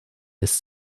ist